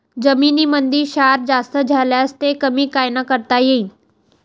जमीनीमंदी क्षार जास्त झाल्यास ते कमी कायनं करता येईन?